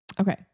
Okay